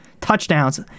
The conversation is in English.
touchdowns